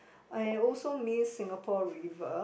I also miss Singapore River